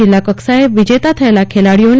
જિલ્લાકક્ષાએ વિજેતા થયેલા ખેલાડીઓને એમ